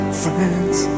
friends